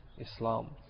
Islam